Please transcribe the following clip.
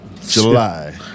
July